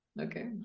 Okay